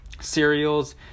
cereals